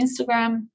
Instagram